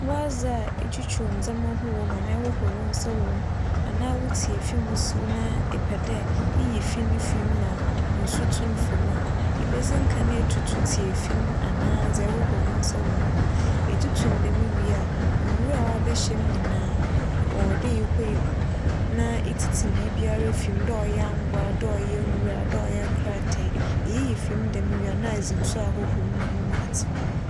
W'adze a itwutwuw ndzɛmba ho wͻ mu anaa ehohor wo nsa wͻ mu anaa wo tsiefi mu siw na epɛ dɛ iyi fi no fi mu ma nsu tum fa mu a, ibedzi nkan etutu tsiefi no anaa dza ɛhohor wo nsa wͻ mu no. itutu nodɛm wie a, nwura a abɛhyɛ mu nyinaaa ͻwͻ dɛ ihue gu na itsitsi biribiara fi mu dɛ ͻyɛ angoa, dɛ ͻyɛ nwura, dɛ ͻyɛ nkrataɛe. Iyiyi fi mu dɛm wie a nna edze nsu ahohor mu ma no mu atsew.